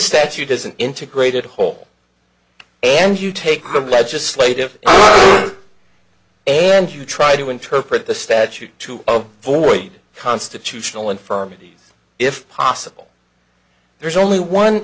statute as an integrated whole and you take the legislative and you try to interpret the statute to avoid constitutional infirmity if possible there's only one